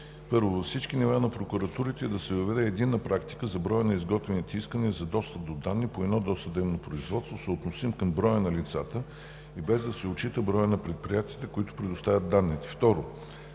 Във всички нива на прокуратурите да се въведе единна практика за броя на изготвяните искания за достъп до данни по едно досъдебно производство, съотносим към броя на лицата и без да се отчита броят на предприятията, които предоставят данните.